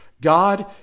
God